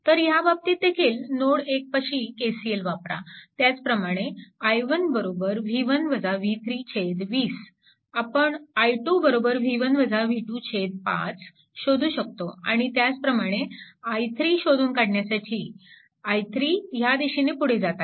तर ह्या बाबतीत देखील नोड 1 पाशी KCL वापरा आणि त्याचप्रमाणे i1 20 आपण i2 5 शोधू शकतो आणि त्याचप्रमाणे i3 शोधून काढण्यासाठी i3 ह्या दिशेने पुढे जात आहे